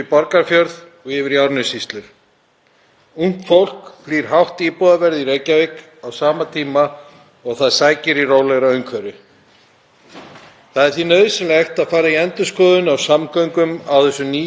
Það er því nauðsynlegt að fara í endurskoðun á samgöngum á þessu nýja starfssvæði höfuðborgarinnar og finna leiðir til að tryggja aðgengi, jafnvel þegar móðir náttúra minnir okkur á hversu norðarlega við búum,